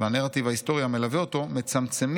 והנרטיב ההיסטורי המלווה אותו מצמצמים